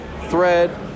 Thread